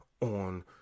on